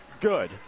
good